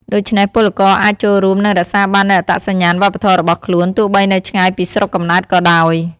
ដូច្នេះពលករអាចចូលរួម និងរក្សាបាននូវអត្តសញ្ញាណវប្បធម៌របស់ខ្លួន ទោះបីនៅឆ្ងាយពីស្រុកកំណើតក៏ដោយ ។